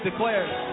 declares